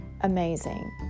amazing